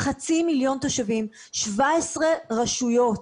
חצי מיליון תושבים, 17 רשויות,